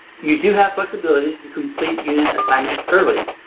you do have flexibility to complete unit assignments early.